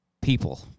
people